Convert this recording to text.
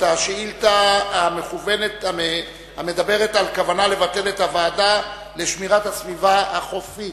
את השאילתא המדברת על כוונה לבטל את הוועדה לשמירת הסביבה החופית.